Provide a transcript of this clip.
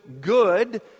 good